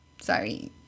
Sorry